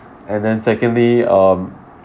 and then secondly um